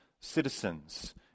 citizens